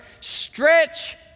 stretch